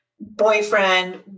boyfriend